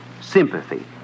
sympathy